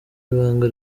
ibanga